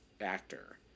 actor